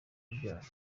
urubyaro